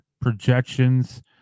projections